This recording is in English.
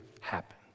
happen